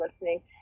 listening